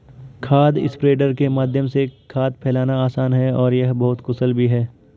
खाद स्प्रेडर के माध्यम से खाद फैलाना आसान है और यह बहुत कुशल भी है